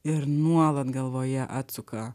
ir nuolat galvoje atsuka